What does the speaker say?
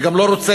אני גם לא רוצה.